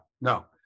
no